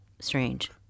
strange